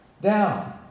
down